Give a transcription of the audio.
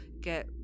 get